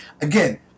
Again